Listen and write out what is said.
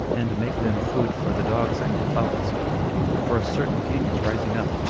and make them food for the dogs and the fowls for a certain king is rising up,